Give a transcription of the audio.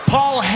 Paul